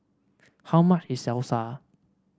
how much is Salsa